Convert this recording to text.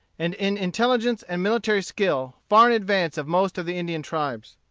and in intelligence and military skill far in advance of most of the indian tribes.